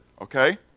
Okay